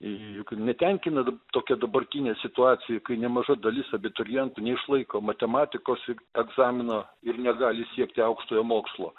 juk netenkina tokia dabartinė situacija kai nemaža dalis abiturientų neišlaiko matematikos egzamino ir negali siekti aukštojo mokslo